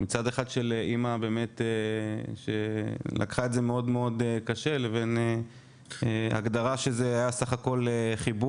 מצד אחד של אם שלקחה את זה מאוד קשה לבין הגדרה שזה היה בסך הכל חיבוק.